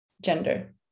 gender